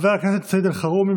חבר הכנסת אלחרומי,